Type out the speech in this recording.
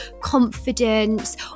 confidence